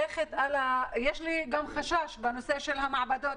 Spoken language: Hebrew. יש לי גם חשש בנושא של המעבדות.